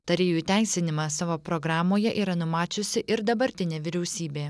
tarėjų įteisinimą savo programoje yra numačiusi ir dabartinė vyriausybė